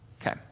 Okay